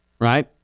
right